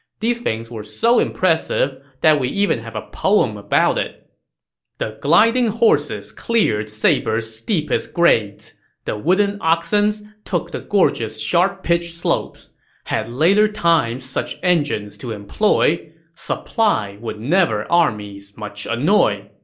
these things were so impressive that we even a poem about it the gliding horses cleared saber's steepest grades the wooden oxens took the gorge's sharp-pitched slopes had later times such engines to employ supply would never armies much annoy